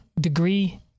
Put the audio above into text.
degree